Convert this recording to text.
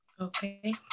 Okay